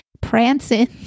prancing